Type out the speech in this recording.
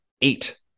eight